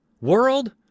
world